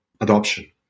adoption